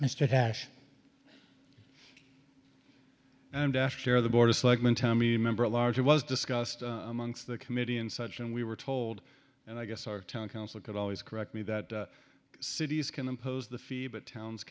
me member large it was discussed amongst the committee and such and we were told and i guess our town council could always correct me that cities can impose the fee but towns